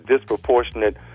disproportionate